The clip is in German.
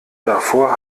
davor